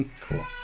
Cool